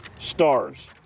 Stars